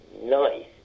nice